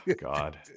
God